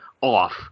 off